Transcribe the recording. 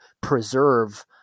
preserve